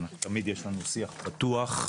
תמיד יש לנו שיח פתוח,